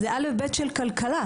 זה א'-ב' של כלכלה.